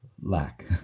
lack